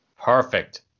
Perfect